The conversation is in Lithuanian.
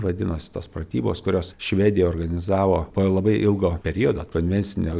vadinosi tos pratybos kurios švedija organizavo po labai ilgo periodo konvencinės